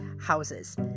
houses